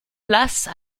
place